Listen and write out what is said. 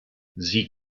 sie